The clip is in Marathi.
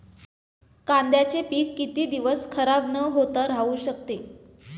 कांद्याचे पीक किती दिवस खराब न होता राहू शकते?